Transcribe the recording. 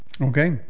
Okay